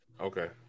Okay